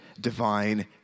divine